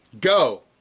Go